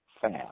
fast